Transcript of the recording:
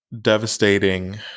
devastating